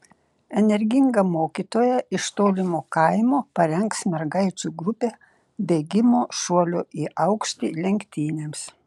energinga mokytoja iš tolimo kaimo parengs mergaičių grupę bėgimo šuolio į aukštį lenktynėms